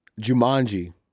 Jumanji